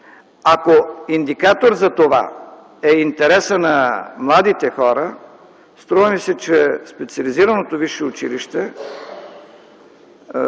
ако индикатор за това е интересът на младите хора, струва ми се, че Специализираното висше училище